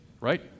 Right